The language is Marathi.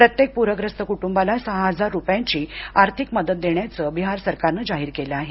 प्रत्येक पूरग्रस्त कुटुंबाला सहा हजार रुपयांची आर्थिक मदत देण्याचं बिहार सरकारनं जाहीर केलं आहे